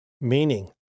Meaning